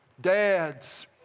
dads